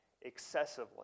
excessively